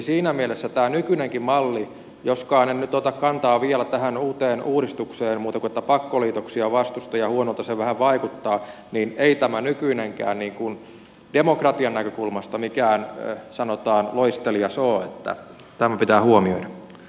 siinä mielessä tämä nykyinenkään malli joskaan en nyt ota kantaa vielä tähän uuteen uudistukseen muuten kuin että pakkoliitoksia vastustan ja huonolta se vähän vaikuttaa ei demokratian näkökulmasta mikään sanotaan loistelias ole tämä pitää huomioida